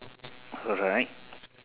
alright